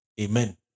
Amen